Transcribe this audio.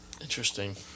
Interesting